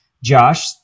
Josh